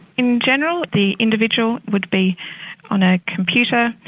in general the individual would be on a computer,